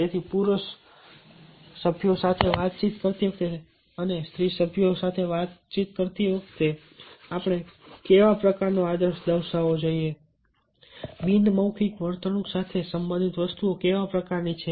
તેથી પુરૂષ સભ્યો સાથે વાત કરતી વખતે અને સ્ત્રી સભ્યો સાથે વાત કરતી વખતે આ બે અલગ અલગ પરિસ્થિતિઓ છે કે આપણે કેવા પ્રકારની ભાષાનો ઉપયોગ કરીશું આપણે કેવા પ્રકારનો આદર દર્શાવવો જોઈએ બિન મૌખિક વર્તણૂક સાથે સંબંધિત વસ્તુઓ કેવા પ્રકારની છે